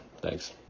Thanks